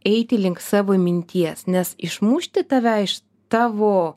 eiti link savo minties nes išmušti tave iš tavo